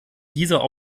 dieser